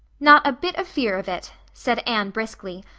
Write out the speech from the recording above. not a bit of fear of it, said anne briskly,